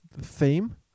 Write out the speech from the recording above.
theme